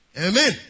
Amen